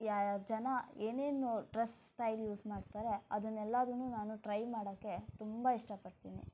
ಯ ಜನ ಏನೇನು ಡ್ರಸ್ ಸ್ಟೈಲ್ ಯೂಸ್ ಮಾಡ್ತಾರೆ ಅದನ್ನು ಎಲ್ಲಾದನ್ನೂ ನಾನು ಟ್ರೈ ಮಾಡೋಕ್ಕೆ ತುಂಬ ಇಷ್ಟಪಡ್ತೀನಿ